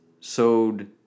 sowed